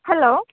hello